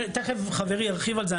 תיכף חברי ירחיב על זה,